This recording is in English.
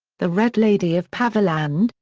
the red lady of paviland,